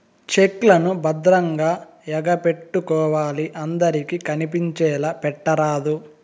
check లను భద్రంగా ఎగపెట్టుకోవాలి అందరికి కనిపించేలా పెట్టరాదు